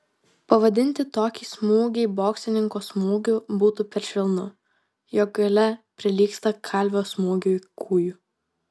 pavadinti tokį smūgį boksininko smūgiu būtų per švelnu jo galia prilygsta kalvio smūgiui kūju